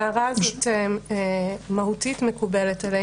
ההערה הזאת מהותית מקובלת עלינו.